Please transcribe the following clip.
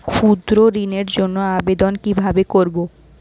ক্ষুদ্র ঋণের জন্য আবেদন কিভাবে করব?